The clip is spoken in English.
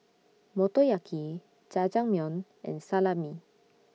Motoyaki Jajangmyeon and Salami